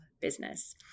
business